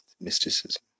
mysticism